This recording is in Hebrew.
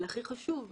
הכי חשוב,